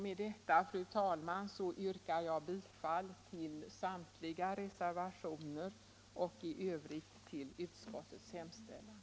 Med detta, fru talman, yrkar jag bifall till samtliga reservationer och i övrigt till vad utskottet hemställt.